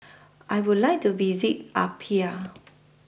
I Would like to visit Apia